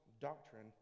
doctrine